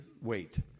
wait